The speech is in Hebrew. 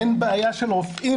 אין בעיה של רופאים,